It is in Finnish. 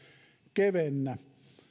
kevennä